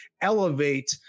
elevate